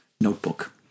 notebook